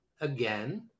again